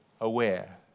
aware